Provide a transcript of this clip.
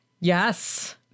Yes